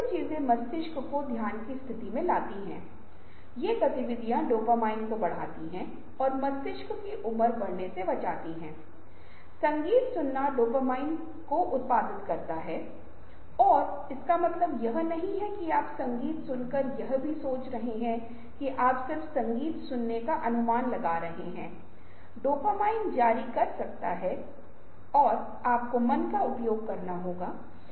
या एक समूह निर्णय समर्थन प्रणाली सिर्फ नाममात्र समूह को मिलाती है और डेल्फी लोग अलग अलग स्थानों पर हो सकते हैं लोग एक दूसरे एजेंट डेल्फी के साथ बात नहीं कर सकते हैं लेकिन निर्णय चरणों या विशेष उत्पाद या सेवा को विकसित करेगा